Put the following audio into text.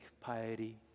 piety